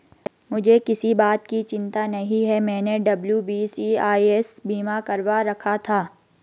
मुझे किसी बात की चिंता नहीं है, मैंने डब्ल्यू.बी.सी.आई.एस बीमा करवा रखा था